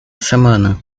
semana